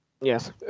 yes